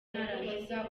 narangiza